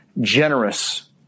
generous